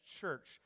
church